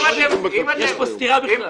יש פה סתירה בכלל.